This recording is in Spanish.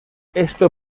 esto